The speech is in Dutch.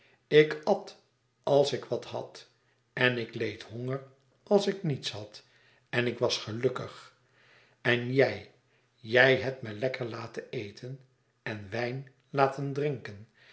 ik at als ik wat had en ik leed honger als ik niets had en ik was gelukkig en jij jij hebt me lekker laten eten en wijn laten drinken